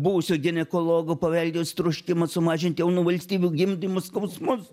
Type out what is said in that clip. buvusio ginekologo paveldėjęs troškimą sumažint jaunų valstybių gimdymo skausmus